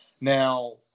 Now